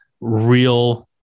real